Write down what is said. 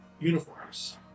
uniforms